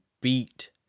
beat